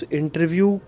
interview